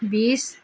বিছ